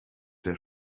der